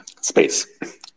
space